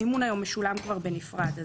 המימון היום משולם כבר בנפרד,